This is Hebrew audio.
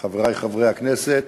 חברי חברי הכנסת,